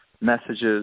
messages